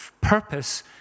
purpose